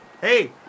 Hey